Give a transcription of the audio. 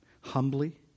humbly